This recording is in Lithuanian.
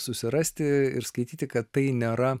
susirasti ir skaityti kad tai nėra